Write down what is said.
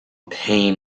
pain